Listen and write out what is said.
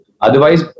Otherwise